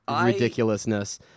ridiculousness